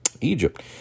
Egypt